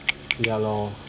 ya lor